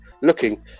looking